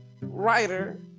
writer